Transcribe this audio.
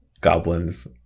goblins